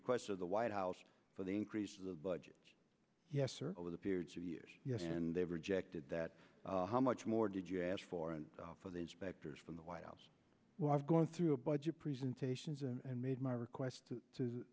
your question the white house for the increase of the budget yes sir over the period of years and they've rejected that how much more did you ask for and for the specters from the white house well i've gone through a budget presentations and made my request to